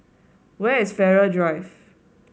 where is Farrer Drive